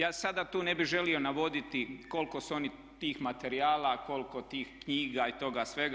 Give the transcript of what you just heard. Ja sada tu ne bih želio navoditi koliko su oni tih materijala, koliko tih knjiga i toga svega.